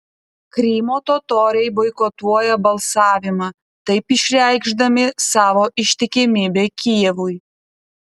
krymo totoriai boikotuoja balsavimą taip išreikšdami savo ištikimybę kijevui